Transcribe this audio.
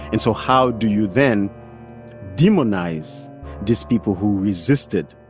and so how do you then demonize these people who resisted?